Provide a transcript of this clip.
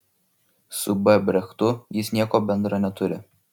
su b brechtu jis nieko bendra neturi